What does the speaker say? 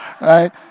right